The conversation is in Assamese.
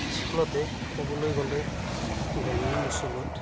আচলতে ক'বলৈ গ'লে গ্ৰাম্য অঞ্চলত